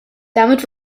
damit